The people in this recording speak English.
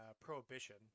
Prohibition